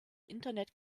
internet